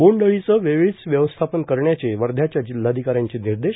बोंड अळीचा वेळीच व्यवस्थापन करण्याचे वध्र्याच्या जिल्हाधिकाऱ्यांचे निर्देश